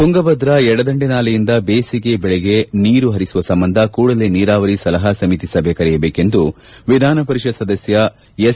ತುಂಗಭದ್ರ ಎಡದಂಡೆ ನಾಲೆಯಿಂದ ಬೇಸಿಗೆ ಬೆಳೆಗೆ ನೀರು ಹರಿಸುವ ಸಂಬಂಧ ಕೂಡಲೇ ನೀರಾವರಿ ಸಲಹಾ ಸಮಿತಿ ಸಭೆ ಕರೆಯಬೇಕೆಂದು ವಿಧಾನಪರಿಷತ್ ಸದಸ್ಕ ಎಸ್